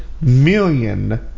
million